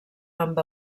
amb